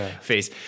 face